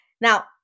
Now